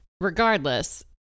Regardless